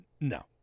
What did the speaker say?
No